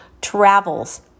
travels